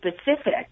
specific